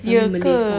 ya ke